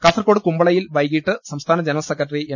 കാസർകോട് കുമ്പളയിൽ വൈകീട്ട് സംസ്ഥാന ജനറൽ സെക്രട്ടറി എം